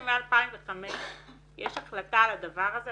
שמ-2005 יש החלטה על הדבר הזה?